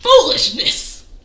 Foolishness